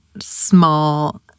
small